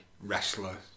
wrestler